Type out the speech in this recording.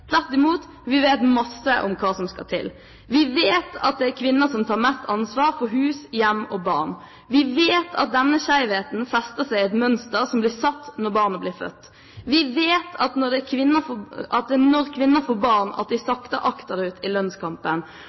Tvert imot, vi vet masse om hva som skal til. Vi vet at det er kvinner som tar mest ansvar for hus, hjem og barn. Vi vet at denne skjevheten fester seg i et mønster som blir satt når barnet blir født. Vi vet at det er når kvinner får barn, de sakker akterut i lønnskampen.